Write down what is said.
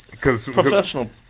professional